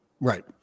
right